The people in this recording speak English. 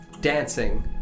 dancing